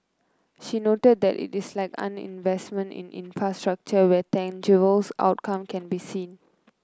she noted that it is unlike investment in infrastructure where tangible outcomes can be seen